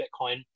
Bitcoin